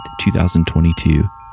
2022